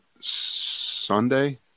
Sunday